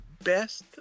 best